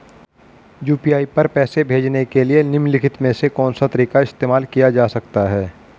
UPI पर पैसे भेजने के लिए निम्नलिखित में से कौन सा तरीका इस्तेमाल किया जा सकता है?